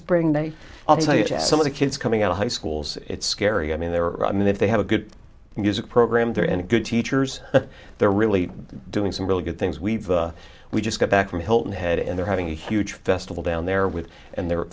spring day i'll tell you some of the kids coming out of high schools it's scary i mean there are i mean if they have a good music program they're in a good teachers they're really doing some really good things we've we just got back from hilton head and they're having a huge festival down there with and they